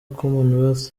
commonwealth